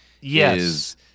Yes